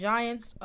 Giants